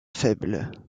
faible